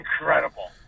incredible